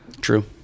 True